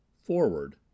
FORWARD